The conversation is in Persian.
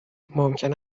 ممکن